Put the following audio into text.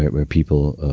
where people